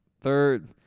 third